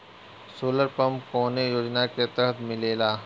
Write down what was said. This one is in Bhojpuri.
सोलर पम्प कौने योजना के तहत मिलेला?